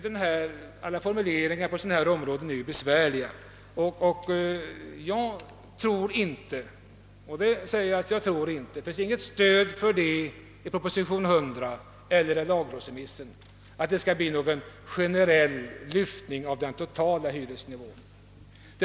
Det är alltid svårt att finna goda formuleringar på detta område. Jag tror inte — vilket jag vill understryka — att det finns något stöd i proposition nr 100 eller i lagrådsremissen för en generell lyftning av den totala hyresnivån.